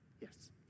Yes